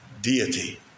deity